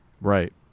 Right